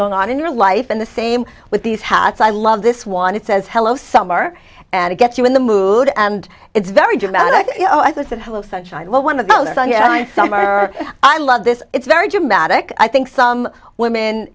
going on in your life and the same with these hats i love this one it says hello summer and it gets you in the mood and it's very dramatic you know as i said hello sunshine well one of the summer i love this it's very dramatic i think some women